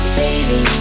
baby